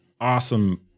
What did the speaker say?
awesome